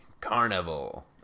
carnival